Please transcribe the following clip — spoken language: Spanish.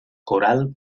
coral